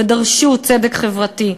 ודרשו צדק חברתי.